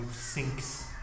sinks